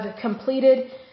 completed